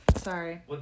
sorry